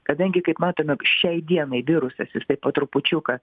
kadangi kaip matome šiai dienai virusas jisai po trupučiuką